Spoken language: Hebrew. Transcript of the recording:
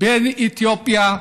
בין אתיופיה לישראל.